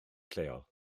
lleol